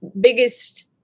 biggest